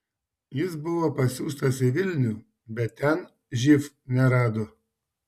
jis buvo pasiųstas į vilnių bet ten živ nerado